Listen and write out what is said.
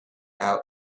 out